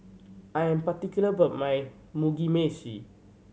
I am particular about my Mugi Meshi